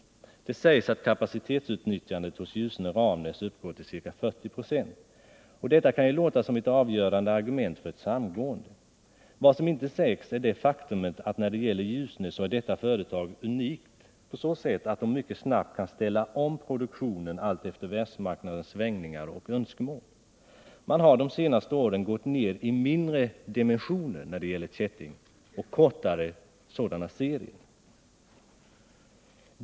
Det sägs att kapacitetsutnyttjandet hos Ljusne och Ramnäs uppgår till ca 40 96. Detta kan ju låta som ett avgörande argument för ett samgående. Vad som inte sägs är det faktum att Ljusne är unikt på så sätt att det mycket snabbt kan ställa om produktionen alltefter världsmarknadens svängningar och önskemål. Man har de senaste åren gått ner i mindre dimensioner och kortare serier när det gäller kätting.